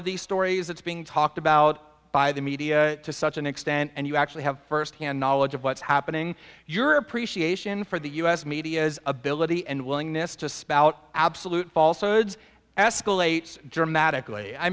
of the stories that's being talked about by the media to such an extent and you actually have firsthand knowledge of what's happening your appreciation for the u s media is ability and willingness to spout absolute falso hoods escalates dramatically i